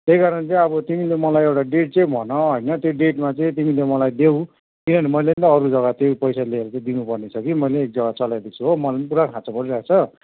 त्यही कारण चाहिँ अब तिमीले मलाई एउटा डेट चाहिँ भन होइन त्यो डेटमा चाहिँ तिमीले मलाई देऊ किनभने मैले नि त अरू जग्गा त्यही पैसा लिएर दिनुपर्नेछ कि मैले नि एक जग्गा चलाएको छु हो मलाई नि पुरा खाँचो परिरहेको छ